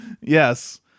Yes